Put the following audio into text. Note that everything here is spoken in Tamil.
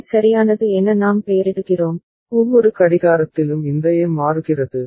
டி சரியானது என நாம் பெயரிடுகிறோம் ஒவ்வொரு கடிகாரத்திலும் இந்த A மாறுகிறது